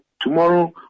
Tomorrow